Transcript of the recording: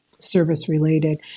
service-related